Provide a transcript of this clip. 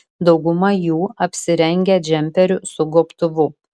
dauguma jų apsirengę džemperiu su gobtuvu